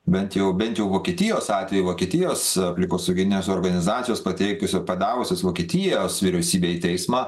bent jau bent jau vokietijos atveju vokietijos aplinkosauginės organizacijos pateikus padavusios vokietijos vyriausybę į teismą